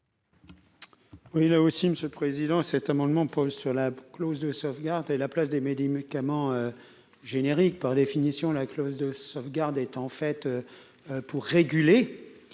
Oui, là aussi, Monsieur le Président, cet amendement Paul sur la clause de sauvegarde et la place des Medhi médicaments génériques par définition la clause de sauvegarde est en fait pour réguler